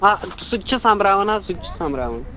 آ سُہ تہِ چھُ سوٚنٛبراوان حظ سُہ تہِ چھُ سوٚنٛبراوان